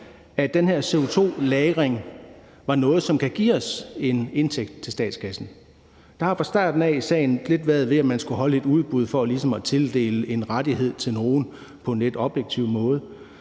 at den her CO2-lagring var noget, som kunne give os en indtægt til statskassen. Der har fra starten af i sagen været lidt om, om man skulle holde et udbud for ligesom at tildele en rettighed til nogen på en lidt objektiv måde.